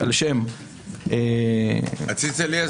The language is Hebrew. על שם -- הציץ אליעזר.